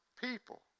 people